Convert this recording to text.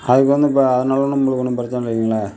அதுக்கு வந்து இப்போ அதனால ஒன்று நம்மளுக்கு ஒன்றும் பிரச்சின இல்லைங்களே